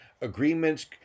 agreements